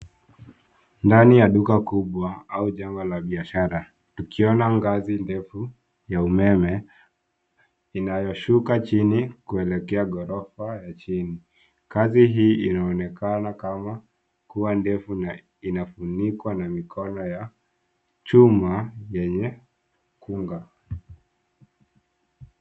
Ndani ya duka kubwa au jengo la biashara, tukiona ngazi ndefu ya umeme inayoshuka chini kuelekea ghorofa ya chini. Ngazi hii inaonekana kama kuwa ndefu na inafunikwa na mikono ya chuma yenye kunga.